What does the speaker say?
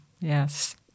Yes